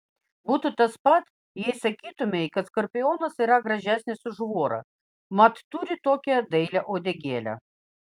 būtų tas pat jei sakytumei kad skorpionas yra gražesnis už vorą mat turi tokią dailią uodegėlę